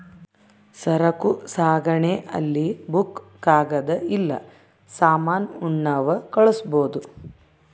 ಸರಕು ಸಾಗಣೆ ಅಲ್ಲಿ ಬುಕ್ಕ ಕಾಗದ ಇಲ್ಲ ಸಾಮಾನ ಉಣ್ಣವ್ ಕಳ್ಸ್ಬೊದು